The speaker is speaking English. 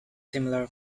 similar